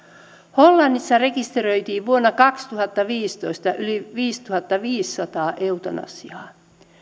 hollannissa rekisteröitiin vuonna kaksituhattaviisitoista yli viisituhattaviisisataa eutanasiaa